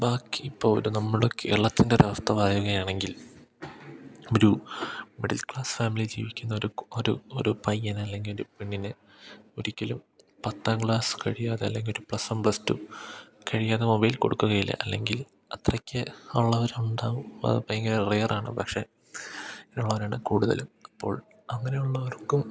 ബാക്കി ഇപ്പോള് ഒരു നമ്മുടെ കേരളത്തിൻ്റെ ഒരവസ്ഥ പറയുകയാണെങ്കിൽ ഒരു മിഡിൽ ക്ലാസ് ഫാമിലിയില് ജീവിക്കുന്ന ഒരു ഒരു പയ്യന് അല്ലെങ്കില് ഒരു പെണ്ണിന് ഒരിക്കലും പത്താം ക്ലാസ് കഴിയാതെ അല്ലെങ്കില് ഒരു പ്ലസ് വൺ പ്ലസ് ടു കഴിയാതെ മൊബൈൽ കൊടുക്കുകയില്ല അല്ലെങ്കിൽ അത്രയ്ക്ക് ഉള്ളവരുണ്ടാവും ഭയങ്കര റെയറാണ് പക്ഷെ ഇങ്ങനെയുള്ളവരാണ് കൂടുതലും അപ്പോൾ അങ്ങനെയുള്ളവർക്കും